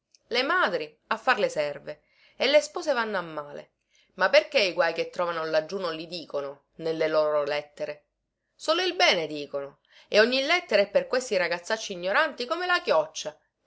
le madri a far le serve e le spose vanno a male ma perché i guaj che trovano laggiù non li dicono nelle loro lettere solo il bene dicono e ogni lettera è per questi ragazzacci ignoranti come la chioccia